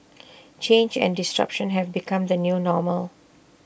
change and disruption have become the new normal